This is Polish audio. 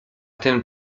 ten